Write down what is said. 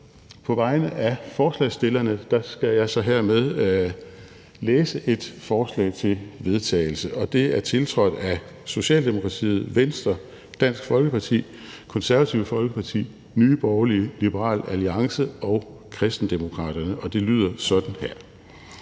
På vegne af forslagsstillerne skal jeg hermed læse et forslag til vedtagelse op, og det er tiltrådt af Socialdemokratiet, Venstre, Dansk Folkeparti, Det Konservative Folkeparti, Nye Borgerlige, Liberal Alliance og Kristendemokraterne, og det lyder sådan her: